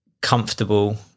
comfortable